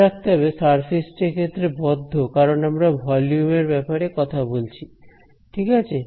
মনে রাখতে হবে সারফেস টি এক্ষেত্রে বদ্ধ কারণ আমরা ভলিউম এর ব্যাপারে কথা বলছি ঠিক আছে